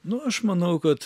nu aš manau kad